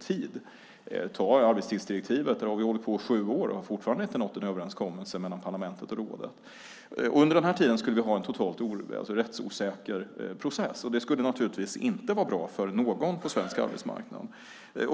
tiden. Se på arbetstidsdirektivet! Där har vi hållit på i sju år och har fortfarande inte nått någon överenskommelse mellan parlamentet och rådet. Under den tiden skulle vi ha en rättsosäker process, och det skulle naturligtvis inte vara bra för någon på svensk arbetsmarknad.